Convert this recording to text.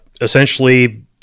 Essentially